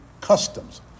customs